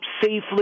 safely